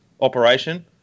operation